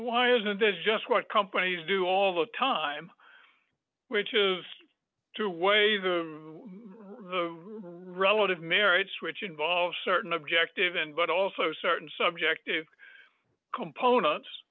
why isn't this just what companies do all the time which is to waive the relative merits which involves certain objective and but also certain subjective components